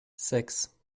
sechs